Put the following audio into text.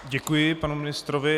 Děkuji panu ministrovi.